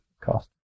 cost